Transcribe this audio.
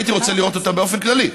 הייתי רוצה לראות אותה באופן כללי,